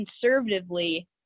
conservatively